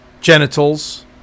genitals